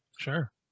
Sure